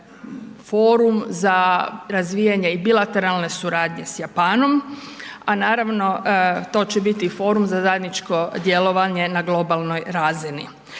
forum za razvijanje i bilateralne suradnje sa Japanom a naravno to će biti forum za zajedničko djelovanje na globalnoj razini.